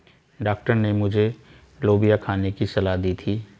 doctor ने मुझे लोबिया खाने की सलाह दी थी